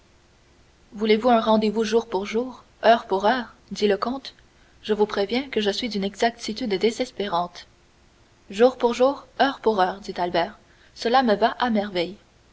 voulez-vous un rendez-vous jour pour jour heure pour heure dit le comte je vous préviens que je suis d'une exactitude désespérante jour pour jour heure pour heure dit albert cela me va à merveille